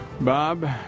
Bob